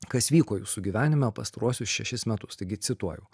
kas vyko jūsų gyvenime pastaruosius šešis metus taigi cituoju